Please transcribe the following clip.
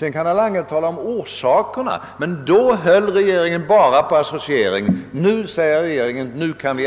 Herr Lange kan spekulera om orsakerna härtill. Men faktum är att då höll regeringen bara möjligheten av associering öppen; nu, säger regeringen, kan vi